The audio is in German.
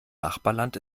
nachbarland